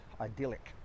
idyllic